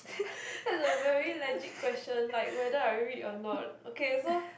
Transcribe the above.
that's a very legit question like whether I read or not okay so